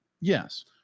Yes